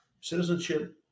Citizenship